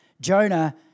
Jonah